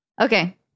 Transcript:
Okay